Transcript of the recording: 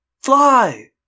Fly